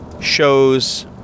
shows